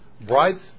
Brides